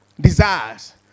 desires